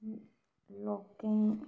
लोकें